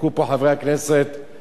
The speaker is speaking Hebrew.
הייתי גם יושב-ראש ועדה,